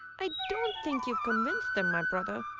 i don't think you've convinced them, my brother.